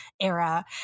era